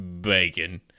Bacon